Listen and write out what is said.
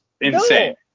insane